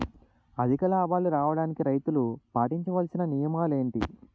అధిక లాభాలు రావడానికి రైతులు పాటించవలిసిన నియమాలు ఏంటి